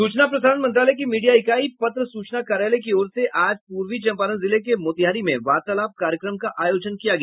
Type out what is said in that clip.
सूचना प्रसारण मंत्रालय की मीडिया इकाई पत्र सूचना कार्यालय की ओर से आज पूर्वी चंपारण जिले के मोतिहारी में वार्तालाप कार्यक्रम का आयोजन किया गया